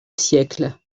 siècle